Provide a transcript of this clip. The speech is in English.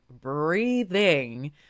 breathing